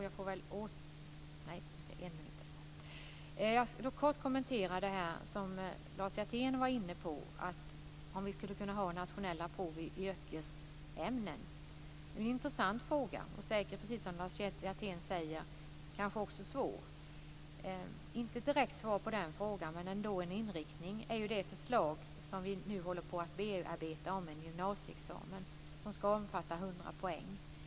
Jag vill kort kommentera det som Lars Hjertén var inne på, om vi skulle kunna ha nationella prov i yrkesämnen. Det är en intressant fråga och, som Lars Hjertén säger, kanske också svår. Det förslag som vi nu håller på att bearbeta om en gymnasieexamen som ska omfatta 100 poäng är kanske inte ett direkt svar på den frågan, men det är ändå en inriktning.